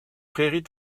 prairies